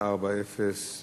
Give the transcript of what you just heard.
שאילתא מס' 1840,